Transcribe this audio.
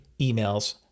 emails